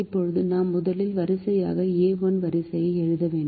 இப்போது நாம் முதல் வரிசையான a1 வரிசையை எழுத வேண்டும்